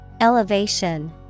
Elevation